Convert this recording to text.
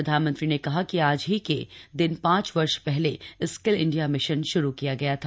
प्रधानमंत्री ने कहा कि आज ही के दिन पांच वर्ष पहले स्किल इंडिया मिशन शुरू किया गया था